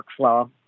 workflow